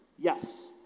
Yes